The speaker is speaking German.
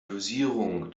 dosierung